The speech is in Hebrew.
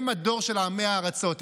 הם הדור של עמי הארצות,